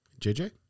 JJ